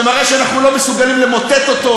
שמראה שאנחנו לא מסוגלים למוטט אותו,